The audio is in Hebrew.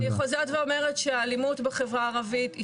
אני חוזרת ואומרת שהאלימות בחברה הערבית היא